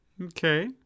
Okay